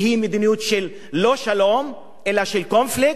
והיא מדיניות של לא-שלום אלא של קונפליקט,